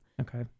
Okay